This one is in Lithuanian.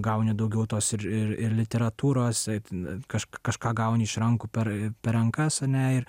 gauni daugiau tos ir ir literatūros kaž kažką gauni iš rankų per rankas ar ne ir